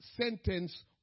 sentence